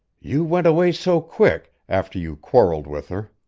you went away so quick after you quarreled with her.